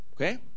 Okay